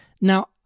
Now